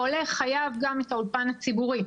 העולה חייב גם את האולפן הציבורי.